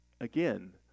again